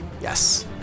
Yes